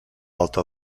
alta